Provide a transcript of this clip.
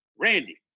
Randy